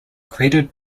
created